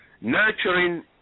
Nurturing